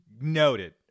Noted